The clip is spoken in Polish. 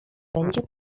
będzie